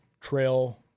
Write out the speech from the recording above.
trail